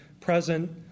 present